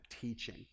teaching